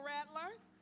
Rattlers